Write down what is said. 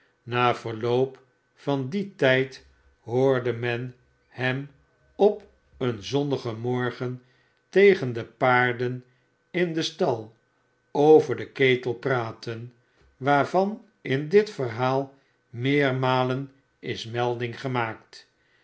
na verloop van dien tijd hoorde men hem op een zonnigen morgen tegende paarden in den stal over den ketel praten waarvan in dit yerhaal meermalen is melding gemaakt